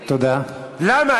למה?